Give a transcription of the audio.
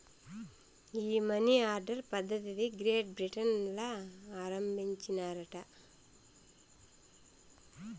ఈ money order పద్ధతిది Great Britain ల ఆరంబించినారట